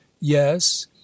Yes